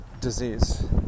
disease